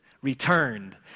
returned